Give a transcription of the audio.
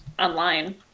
online